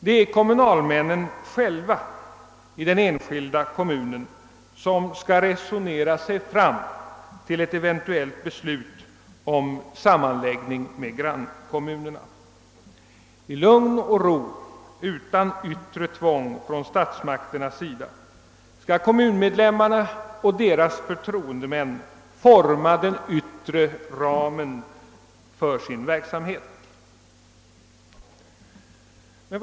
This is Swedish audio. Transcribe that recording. Det är kommunalmännen själva i den enskilda kommunen som skall resonera sig fram till ett eventuellt beslut om sammanläggning med grannkommunerna. I lugn och ro, utan yttre tvång från statsmakterna skall kommunmedlemmarna och deras förtroendemän forma den yttre ramen för verksamheten.